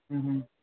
ਹਮ ਹਮ